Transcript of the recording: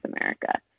america